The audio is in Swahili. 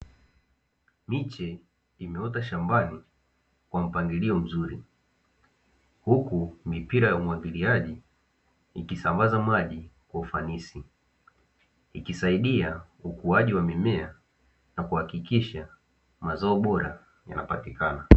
Miche imeota shambani kwa mpangilio mzuri, huku mipira ya umwagiliaji, ikisambaza maji kwa ufanisi, ikisaidia ukuaji wa mimea na kuhakikisha mazao bora yanapatikana.